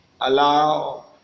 allow